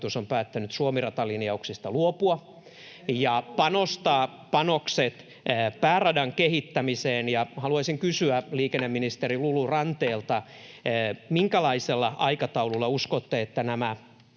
on päättänyt luopua Suomi-rata-linjauksista [Tuomas Kettusen välihuuto] ja panostaa panokset pääradan kehittämiseen. Haluaisin kysyä liikenneministeri Lulu Ranteelta, minkälaisella aikataululla uskotte, että nämä